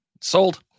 sold